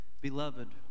Beloved